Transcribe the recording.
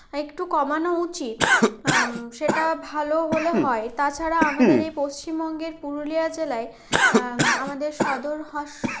একটু কমানো উচিত সেটা ভালো হলে হয় তাছাড়া আমাদের এই পশ্চিমবঙ্গের পুরুলিয়া জেলায় আমাদের সদর হস